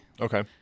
Okay